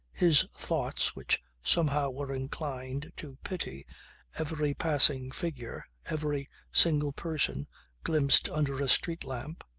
his thoughts which somehow were inclined to pity every passing figure, every single person glimpsed under a street lamp,